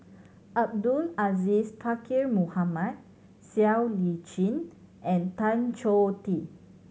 Abdul Aziz Pakkeer Mohamed Siow Lee Chin and Tan Choh Tee